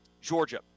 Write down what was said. Georgia